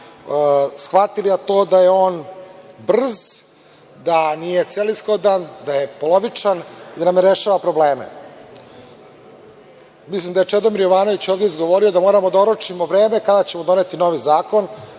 shvatili, a to da je on brz, da nije celishodan, da je polovičan i da ne rešava probleme. Mislim da je Čedomir Jovanović ovde izgovorio da moramo da oročimo vreme kada ćemo doneti novi zakon.